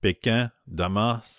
pékins damas